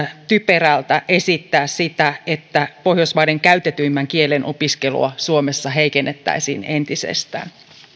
typerältä esittää että pohjoismaiden käytetyimmän kielen opiskelua suomessa heikennettäisiin entisestään